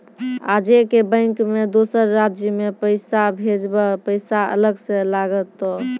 आजे के बैंक मे दोसर राज्य मे पैसा भेजबऽ पैसा अलग से लागत?